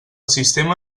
sistema